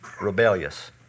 rebellious